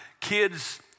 kids